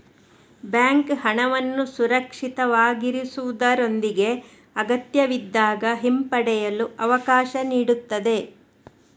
bank ಹಣವನ್ನು ಸುರಕ್ಷಿತವಾಗಿರಿಸುವುದರೊಂದಿಗೆ ಅಗತ್ಯವಿದ್ದಾಗ ಹಿಂಪಡೆಯಲು ಅವಕಾಶ ನೀಡುತ್ತದೆ